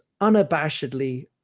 unabashedly